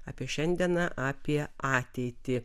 apie šiandieną apie ateitį